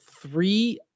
three